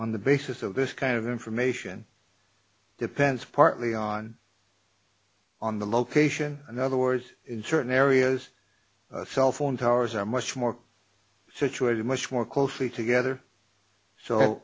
on the basis of this kind of information depends partly on on the location in other words in certain areas cell phone towers are much more situated much more closely together so